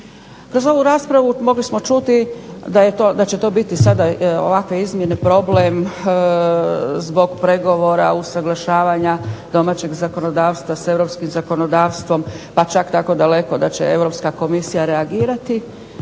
Kroz ovu raspravu mogli smo čuti da će to biti ovakve izmjene problem zbog pregovora, usaglašavanja domaćeg zakonodavstva s Europskim zakonodavstvom pa čak tako daleko da će Europska komisija reagirati,